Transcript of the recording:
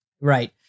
Right